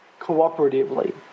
cooperatively